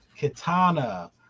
katana